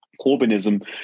Corbynism